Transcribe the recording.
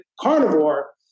carnivore